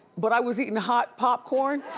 but i was eating hot popcorn.